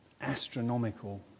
astronomical